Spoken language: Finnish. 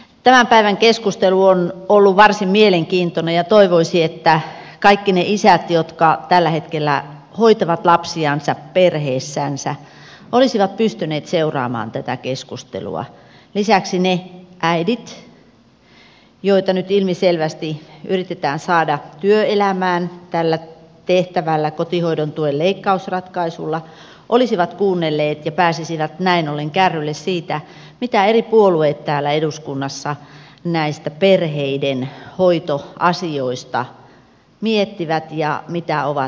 tämän päivän keskustelu on ollut varsin mielenkiintoinen ja toivoisi että kaikki ne isät jotka tällä hetkellä hoitavat lapsiansa perheissänsä olisivat pystyneet seuraamaan tätä keskustelua ja lisäksi ne äidit joita nyt ilmiselvästi yritetään saada työelämään tällä tehtävällä kotihoidon tuen leikkausratkaisulla olisivat kuunnelleet ja pääsisivät näin ollen kärryille siitä mitä eri puolueet täällä eduskunnassa näistä perheiden hoitoasioista miettivät ja mitä ovat niistä mieltä